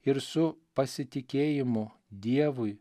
ir su pasitikėjimu dievui